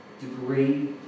degree